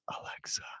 Alexa